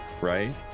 right